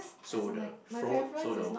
so the fro~ so the